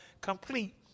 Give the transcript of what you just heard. complete